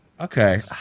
okay